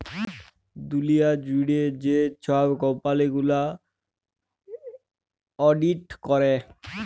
দুঁলিয়া জুইড়ে যে ছব কম্পালি গুলা অডিট ক্যরে